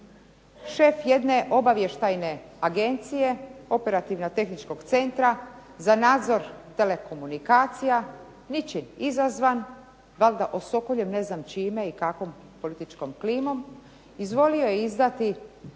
šef jedne obavještajne agencije Operativno-tehničkog Centra za nadzor telekomunikacija ničim izazvan, valjda osokoljen ne znam čime i kakvom političkom klimom izvolio je izdati